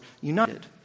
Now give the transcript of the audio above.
united